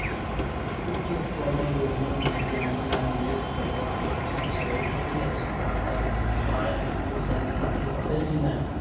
उक्त कुनू योजना मे जमा या निवेश कतवा सुरक्षित छै? अति आवश्यकता पर पाय आसानी सॅ निकासी हेतै की नै?